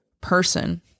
person